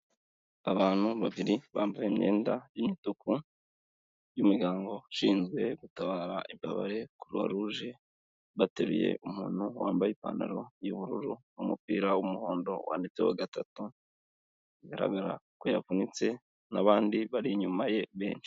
Abantu babiri bambaye imyenda y'imituku, y'umuryango ushinzwe gutabara imbabare croix rouge, bateruye umuntu wambaye ipantaro y'ubururu n'umupira w'umuhondo wanditseho gatatu, bigaragara ko yavunitse n'abandi bari inyumaye benshi.